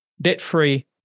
debt-free